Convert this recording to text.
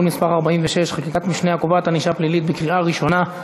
מס' 46) (חקיקת משנה הקובעת ענישה פלילית) בקריאה ראשונה.